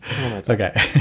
Okay